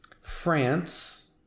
France